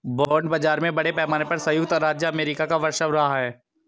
bond बाजार में बड़े पैमाने पर सयुक्त राज्य अमेरिका का वर्चस्व रहा है